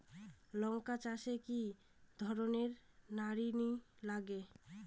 লঙ্কা চাষে কি ধরনের নিড়ানি লাগে?